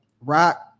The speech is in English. Rock